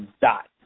dot